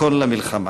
ייכון למלחמה.